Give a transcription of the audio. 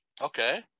Okay